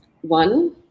one